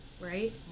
right